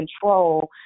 control